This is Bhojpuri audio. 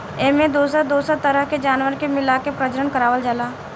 एमें दोसर दोसर तरह के जानवर के मिलाके प्रजनन करवावल जाला